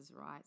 right